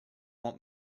want